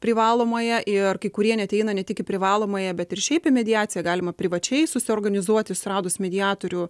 privalomąją ir kai kurie net eina ne tik į privalomąją bet ir šiaip į mediaciją galima privačiai susiorganizuoti suradus mediatorių